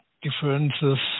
Differences